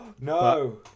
no